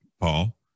Paul